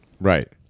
Right